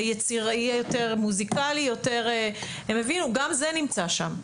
יהיה יותר מוזיקלי, הם הבינו, גם זה נמצא שם,